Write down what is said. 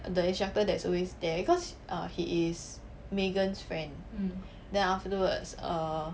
the instructor that's always there cause he is megan's friend then afterwards err